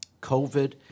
COVID